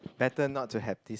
better not to have this